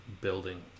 building